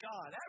God